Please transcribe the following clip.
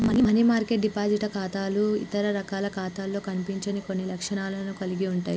money market deposit ఖాతాలు ఇతర రకాల ఖాతాలలో కనిపించని కొన్ని లక్షణాలను కలిగి ఉంటయ్